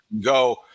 go